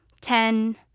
Ten